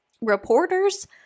reporters